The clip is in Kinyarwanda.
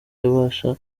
yabasha